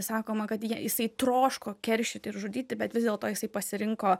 sakoma kad jisai troško keršyti ir žudyti bet vis dėlto jisai pasirinko